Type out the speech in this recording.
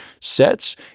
sets